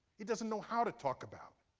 it doesn't know how to talk about.